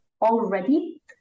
already